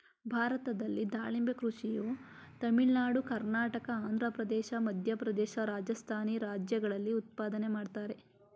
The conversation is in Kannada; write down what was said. ಭಾರತದಲ್ಲಿ ದಾಳಿಂಬೆ ಕೃಷಿಯ ತಮಿಳುನಾಡು ಕರ್ನಾಟಕ ಆಂಧ್ರಪ್ರದೇಶ ಮಧ್ಯಪ್ರದೇಶ ರಾಜಸ್ಥಾನಿ ರಾಜ್ಯಗಳಲ್ಲಿ ಉತ್ಪಾದನೆ ಮಾಡ್ತರೆ